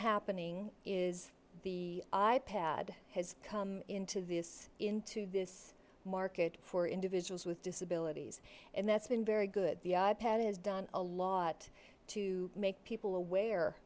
happening is the i pad has come into this into this market for individuals with disabilities and that's been very good the i pad it has done a lot to make people aware